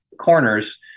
corners